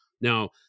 Now